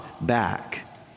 back